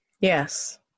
Yes